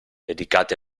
dedicati